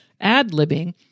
ad-libbing